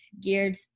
geared